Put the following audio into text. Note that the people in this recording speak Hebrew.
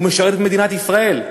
הוא משרת את מדינת ישראל.